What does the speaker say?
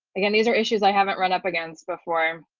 again, these are issues i haven't run up against before.